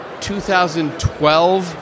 2012